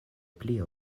pli